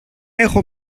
έχω